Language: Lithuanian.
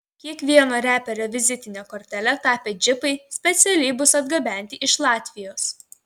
kiekvieno reperio vizitine kortele tapę džipai specialiai bus atgabenti iš latvijos